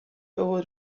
over